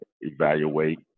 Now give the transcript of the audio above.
evaluate